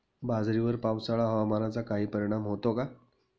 बाजरीवर पावसाळा हवामानाचा काही परिणाम होतो का?